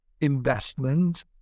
investment